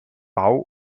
bau